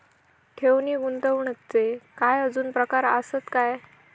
ठेव नी गुंतवणूकचे काय आजुन प्रकार आसत काय?